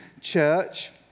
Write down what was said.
church